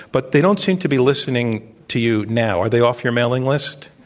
but they don't seem to be listening to you now. are they off your mailing list?